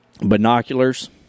Binoculars